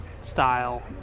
style